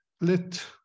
let